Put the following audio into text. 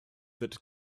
that